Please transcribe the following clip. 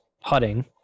putting